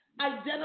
identify